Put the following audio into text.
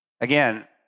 Again